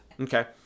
Okay